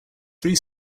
three